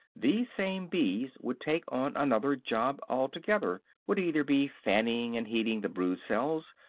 these same bees would take on another job altogether would either be fanning and heating the brood-cells,